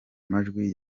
majwi